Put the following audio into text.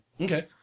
Okay